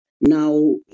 Now